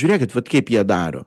žiūrėkit vat kaip jie daro